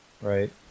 right